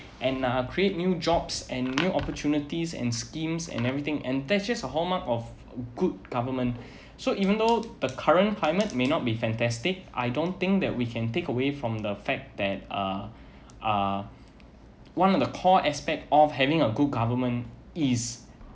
and uh create new jobs and new opportunities and schemes and everything and that's just a hallmark of good government so even though the current climate may not be fantastic I don't think that we can take away from the fact that uh uh one of the core aspect of having a good government is